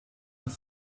them